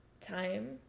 time